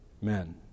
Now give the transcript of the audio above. men